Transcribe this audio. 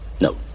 No